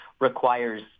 requires